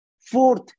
Fourth